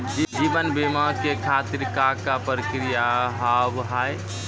जीवन बीमा के खातिर का का प्रक्रिया हाव हाय?